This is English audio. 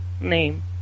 name